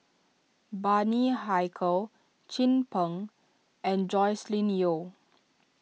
Bani Haykal Chin Peng and Joscelin Yeo